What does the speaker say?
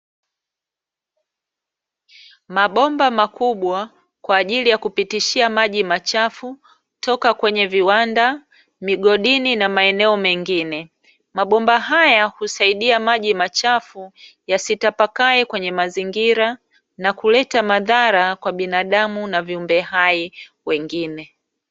Mabomba makubwa kwa ajili ya kupitishia maji machafu toka kwenye viwanda, migodini, na maeneo mengine. Mabomba haya husaidia maji machafu yasitapakae kwenye mazingira, na kuleta madhara kwa binadamu na viumbe hai wengine.